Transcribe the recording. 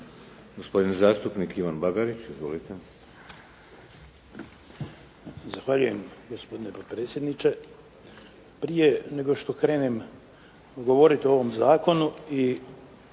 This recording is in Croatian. gospodin zastupnik Ivan Bagarić. Odgovor